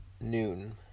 noon